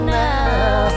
now